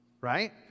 right